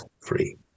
free